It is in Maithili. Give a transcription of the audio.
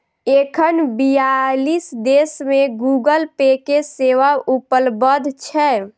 एखन बियालीस देश मे गूगल पे के सेवा उपलब्ध छै